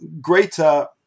greater